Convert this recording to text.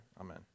Amen